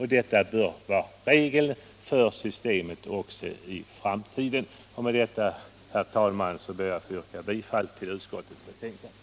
Detta bör vara en regel för 153 systemet också i framtiden. Med detta, herr talman, yrkar jag bifall till utskottets hemställan.